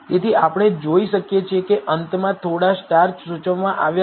તેથી આપણે જોઈ શકીએ છીએ કે અંતમાં થોડા સ્ટાર સૂચવવામાં આવ્યા છે